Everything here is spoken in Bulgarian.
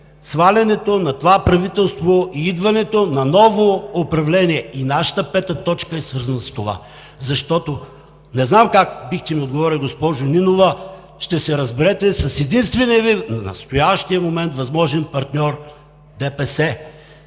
свалянето на това правителство и идването на ново управление, и нашата пета точка е свързана с това. Защото не знам как бихте ми отговорили, госпожо Нинова, ще се разберете с единствения в настоящия момент възможен партньор – ДПС,